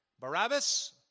Barabbas